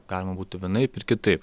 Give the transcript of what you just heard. galima būtų vienaip ir kitaip